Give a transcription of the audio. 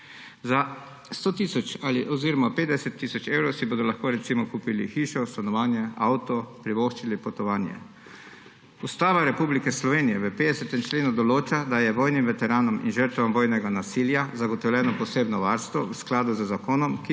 Za 100 tisoč ali oziroma 50 tisoč evrov si bodo lahko recimo kupili hišo, stanovanje, avto, privoščili potovanje. Ustava Republike Slovenije v 50. členu določa, da je vojnim veteranom in žrtvam vojnega nasilja zagotovljeno posebno varstvo v skladu z zakonom,